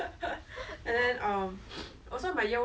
so I guess you never like sports after that